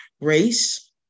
race